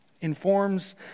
informs